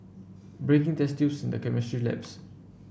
breaking test tubes in the chemistry labs